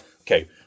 okay